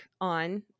on